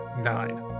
nine